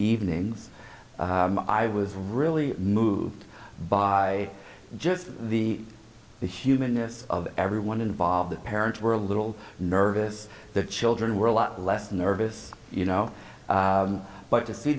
evenings i was really moved by just the humanness of everyone involved the parents were a little nervous the children were a lot less nervous you know but to see